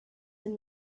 and